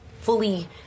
fully